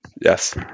Yes